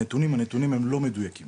הנתונים הם נתונים לא מדויקים